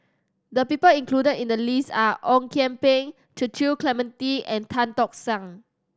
the people included in the list are Ong Kian Peng Cecil Clementi and Tan Tock San